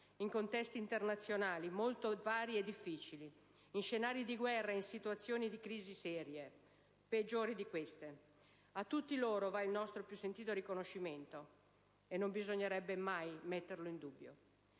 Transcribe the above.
in contesti internazionali molto diversificati e difficili, in scenari di guerra e in situazioni di crisi serie, peggiori di queste. A tutti loro va il nostro più sentito riconoscimento, che non bisognerebbe mai mettere in dubbio.